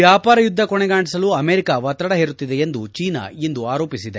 ವ್ನಾಪಾರ ಯುದ್ಧ ಕೊನೆಗಾಣಿಸಲು ಅಮೆರಿಕ ಒತ್ತಡ ಹೇರುತ್ತಿದೆ ಎಂದು ಚೀನಾ ಇಂದು ಆರೋಪಿಸಿದೆ